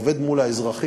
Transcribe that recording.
עובד מול האזרחים,